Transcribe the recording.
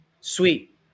sweet